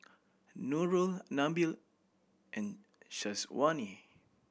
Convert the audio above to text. Nurul Nabil and Syazwani